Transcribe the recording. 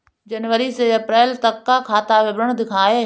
जनवरी से अप्रैल तक का खाता विवरण दिखाए?